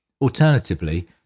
Alternatively